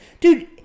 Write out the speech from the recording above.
dude